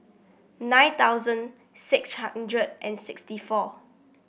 nine thousand six hundred and sixty four